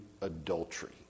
adultery